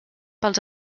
pels